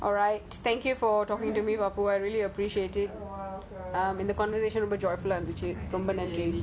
thank you for talking to me I really appreciated it இந்த:intha conversation ரொம்ப:romba joyful eh இருந்துச்சி ரொம்ப நன்றி:irunthuchi romba nandri